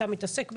אתה מתעסק בזה,